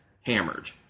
hammered